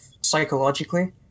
psychologically